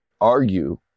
argue